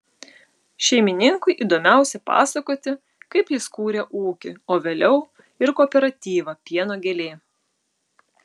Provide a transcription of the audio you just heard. šeimininkui įdomiausia pasakoti kaip jis kūrė ūkį o vėliau ir kooperatyvą pieno gėlė